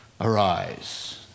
arise